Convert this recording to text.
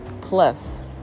Plus